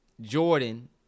Jordan